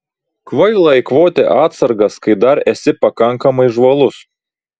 kvaila eikvoti atsargas kai dar esi pakankamai žvalus